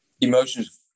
emotions